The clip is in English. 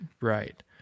right